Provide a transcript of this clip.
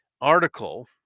article